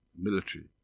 military